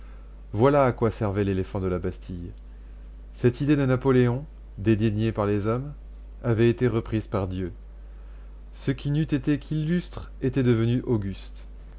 voilà à quoi servait l'éléphant de la bastille cette idée de napoléon dédaignée par les hommes avait été reprise par dieu ce qui n'eût été qu'illustre était devenu auguste